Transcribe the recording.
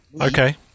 okay